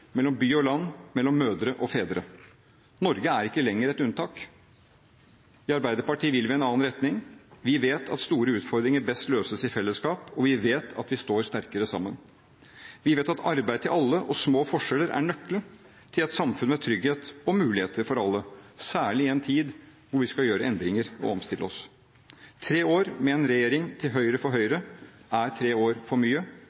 mellom by og land, mellom mødre og fedre. Norge er ikke lenger et unntak. I Arbeiderpartiet vil vi i en annen retning. Vi vet at store utfordringer best løses i fellesskap, og vi vet at vi står sterkere sammen. Vi vet at arbeid til alle og små forskjeller er nøkkelen til et samfunn med trygghet og muligheter for alle, særlig i en tid da vi skal gjøre endringer og omstille oss. Tre år med en regjering til høyre for Høyre er tre år for mye.